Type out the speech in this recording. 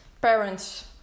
parents